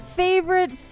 favorite